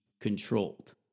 controlled